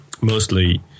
mostly